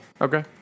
Okay